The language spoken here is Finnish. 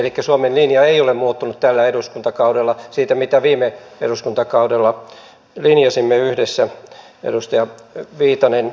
elikkä suomen linja ei ole muuttunut tällä eduskuntakaudella siitä mitä viime eduskuntakaudella linjasimme yhdessä edustaja viitanen